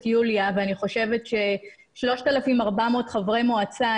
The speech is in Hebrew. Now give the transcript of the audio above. יוליה ואני חושבת ש-3,400 חברי מועצה,